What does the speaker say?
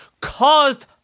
caused